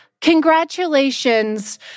congratulations